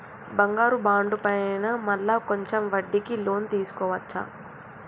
బంగారు బాండు పైన మళ్ళా కొంచెం వడ్డీకి లోన్ తీసుకోవచ్చా?